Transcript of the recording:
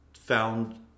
found